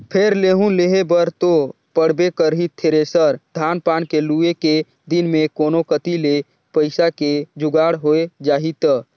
फेर लेहूं लेहे बर तो पड़बे करही थेरेसर, धान पान के लुए के दिन मे कोनो कति ले पइसा के जुगाड़ होए जाही त